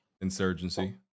Insurgency